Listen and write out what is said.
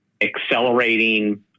accelerating